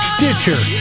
Stitcher